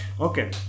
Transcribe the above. okay